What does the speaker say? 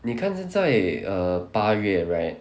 你看现在 err 八月 right